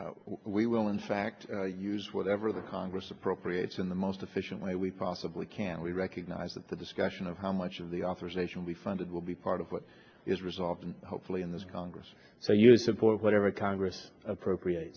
initiatives we will in fact use whatever the congress appropriates in the most efficient way we possibly can we recognize that the discussion of how much of the authorization we funded will be part of what is resolved and hopefully in this congress so you support whatever congress appropriate